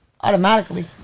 Automatically